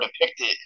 depicted